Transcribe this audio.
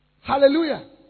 Hallelujah